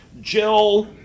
jill